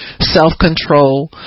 self-control